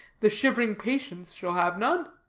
the shivering patients shall have none?